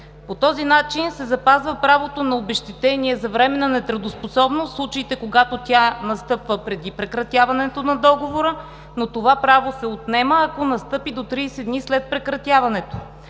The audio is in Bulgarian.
По този начин се запазва правото на обезщетение за временна нетрудоспособност в случаите, когато тя настъпва преди прекратяването на договора, но това право се отнема, ако настъпи до 30 дни след прекратяването.